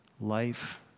life